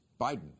Biden